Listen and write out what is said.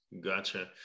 Gotcha